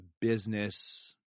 business